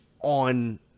on